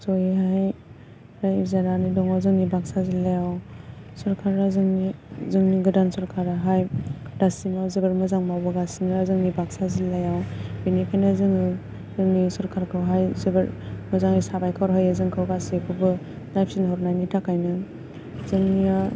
ज'यैहाय राज्यो जानानै दङ जोंनि बाक्सा जिल्लायाव सरकारा जोंनि जोंनि गोदान सरकाराहाय दासिमाव जोबोर मोजां मावबोगासिनो जोंनि बाक्सा जिल्लायाव बेनिखायनो जोङो जोंनि सरकारखौहाय जोबोर मोजाङै साबायखर होयो जोंखौ गासैखौबो नायफिनहरनायनि थाखायनो जोंनिया